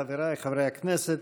חבריי חברי הכנסת,